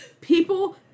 People